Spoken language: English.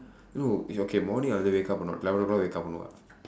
no okay morning I'll wake up or not eleven o'clock wake up or not